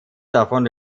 davon